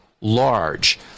large